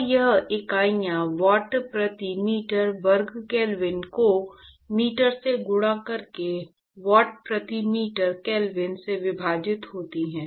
तो यह इकाइयाँ वाट प्रति मीटर वर्ग केल्विन को मीटर से गुणा करके वाट प्रति मीटर केल्विन से विभाजित होती हैं